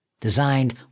designed